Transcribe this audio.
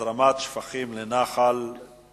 הזרמת שפכים לנחל-תאנים.